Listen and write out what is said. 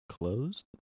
closed